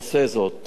עושה זאת